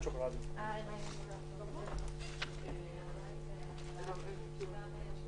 אני מקווה שבקרוב גם תהיה לנו תשובה בעניין המעצרים.